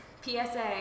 PSA